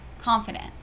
confident